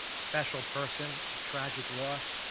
special person, a tragic loss,